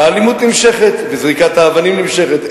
והאלימות נמשכת וזריקת האבנים נמשכת.